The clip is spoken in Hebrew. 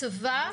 הצבא,